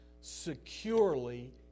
securely